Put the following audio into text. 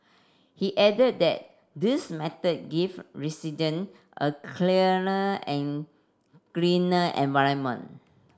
he added that this method give resident a cleaner and greener environment